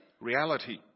reality